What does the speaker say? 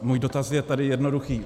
Můj dotaz je tedy jednoduchý: